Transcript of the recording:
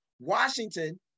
Washington